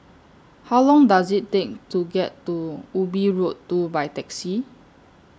How Long Does IT Take to get to Ubi Road two By Taxi